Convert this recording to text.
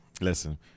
Listen